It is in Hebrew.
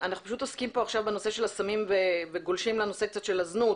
אנחנו פשוט עוסקים פה עכשיו בנושא של הסמים וגולשים לנושא קצת של הזנות.